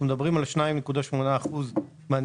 אנחנו מדברים על 2.8% מהנישומים,